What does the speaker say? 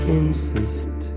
insist